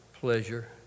pleasure